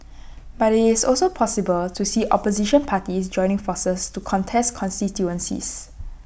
but IT is also possible to see opposition parties joining forces to contest constituencies